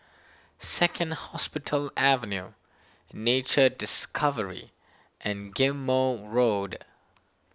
Second Hospital Avenue Nature Discovery and Ghim Moh Road